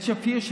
את שפיר,